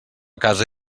casa